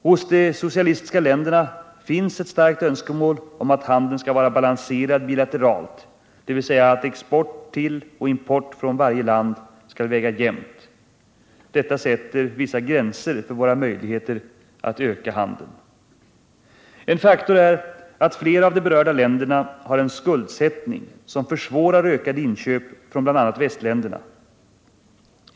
Hos de socialistiska länderna finns ett starkt önskemål om att handeln skall vara balanserad bilateralt, dvs. att export till och import från varje land skall väga jämnt. Detta sätter vissa gränser för våra möjligheter att öka handeln. En faktor är att flera av de berörda länderna har en skuldsättning, som försvårar ökade inköp från bl.a. västländerna.